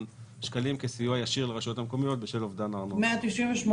שקלים כסיוע ישיר לרשויות המקומיות בשל אובדן הארנונה.